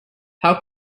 how